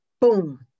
boom